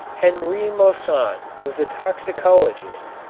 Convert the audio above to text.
henri moissan was a toxicologist,